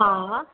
हा